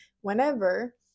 whenever